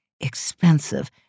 Expensive